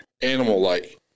animal-like